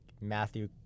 Matthew